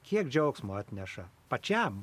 kiek džiaugsmo atneša pačiam